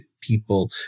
people